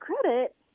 credit